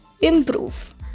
improve